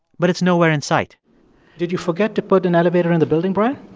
but it's nowhere in sight did you forget to put an elevator in the building, brian?